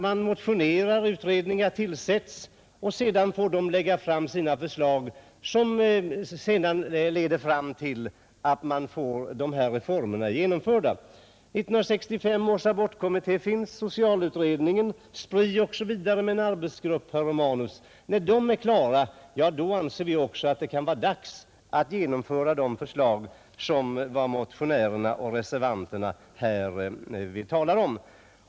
Man motionerar, därefter tillsätts utredningar som får lägga fram sina förslag, vilka sedan leder fram till att man får reformerna genomförda. Vi har 1965 års abortkommitté, socialutredningen och SPRI med en särskild arbetsgrupp, herr Romanus, När de är klara anser också vi att det kan vara dags att genomföra de förslag som motionärerna och reservanterna här talar om.